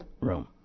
room